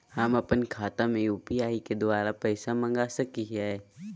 हम अपन खाता में यू.पी.आई के द्वारा पैसा मांग सकई हई?